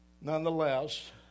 Nonetheless